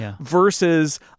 Versus